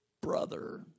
brother